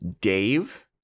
dave